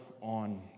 on